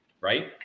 right